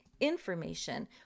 information